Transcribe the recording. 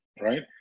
right